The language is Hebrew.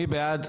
מי בעד?